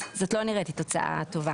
זאת לא נראית לי תוצאה טובה.